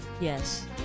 Yes